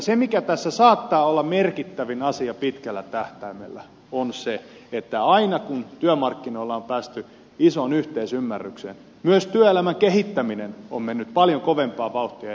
se mikä tässä saattaa olla merkittävin asia pitkällä tähtäimellä on se että aina kun työmarkkinoilla on päästy isoon yhteisymmärrykseen myös työelämän kehittäminen on mennyt paljon kovempaa vauhtia eteenpäin